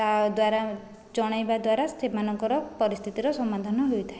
ତା' ଦ୍ୱାରା ଜଣାଇବା ଦ୍ୱାରା ସେମାନଙ୍କର ପରିସ୍ଥିତିର ସମାଧାନ ହୋଇଥାଏ